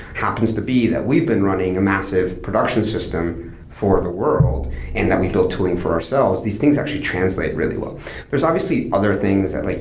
happens to be that we've been running a massive production system for the world and that we built tooling for ourselves, these things actually translate really well there's obviously other things that like